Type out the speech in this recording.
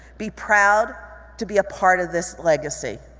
be proud to be a part of this legacy.